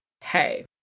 hey